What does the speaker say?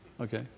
Okay